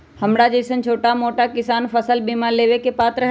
हमरा जैईसन छोटा मोटा किसान फसल बीमा लेबे के पात्र हई?